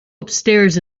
upstairs